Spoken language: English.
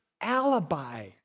alibi